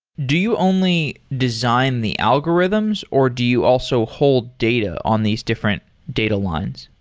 do you only design the algorithms or do you also hold data on these different data lines?